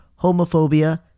homophobia